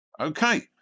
Okay